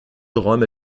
räume